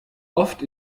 oft